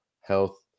health